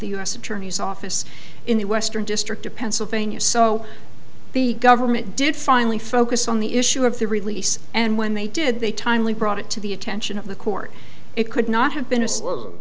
the u s attorney's office in the western district of pennsylvania so the government did finally focus on the issue of the release and when they did they timely brought it to the attention of the court it could not have been a